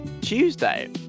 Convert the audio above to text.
Tuesday